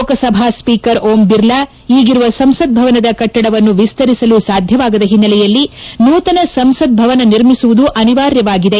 Lok Sabha speaker Om Birla ಈಗಿರುವ ಸಂಸತ್ ಭವನದ ಕಟ್ಟಡವನ್ನು ವಿಸ್ತರಿಸಲು ಸಾಧ್ಯವಾಗದ ಹಿನ್ನೆಲೆಯಲ್ಲಿ ನೂತನ ಸಂಸತ್ ಭವನವನ್ನು ನಿರ್ಮಿಸುವುದು ಅನಿವಾರ್ಯವಾಗಿದೆ